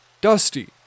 Dusty